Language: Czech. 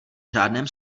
žádném